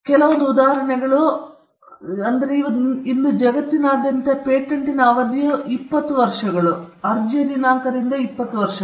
ಕೆಲವೊಂದು ಉದಾಹರಣೆಗಳು ಇಂದು ಜಗತ್ತಿನಾದ್ಯಂತ ಪೇಟೆಂಟ್ ಅವಧಿಯು 20 ವರ್ಷಗಳು ಅರ್ಜಿಯ ದಿನಾಂಕದಿಂದ ಬಂದಿದೆ